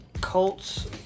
Colts